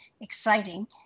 exciting